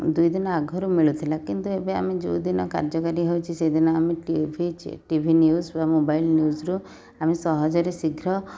ଦୁଇଦିନ ଆଗରୁ ମିଳୁଥିଲା କିନ୍ତୁ ଏବେ ଆମେ ଯେଉଁଦିନ କାର୍ଯ୍ୟକାରି ହେଉଛି ସେହିଦିନ ଆମେ T V T V news ବା ମୋବାଇଲ୍ ନ୍ୟୁଜରୁ ଆମେ ସହଜରେ ଶୀଘ୍ର